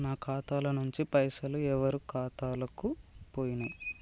నా ఖాతా ల నుంచి పైసలు ఎవరు ఖాతాలకు పోయినయ్?